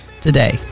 today